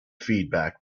feedback